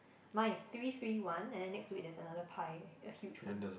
mine is three three one and then next to it there is another pie the huge one